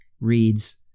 reads